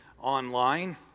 online